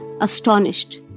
astonished